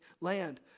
land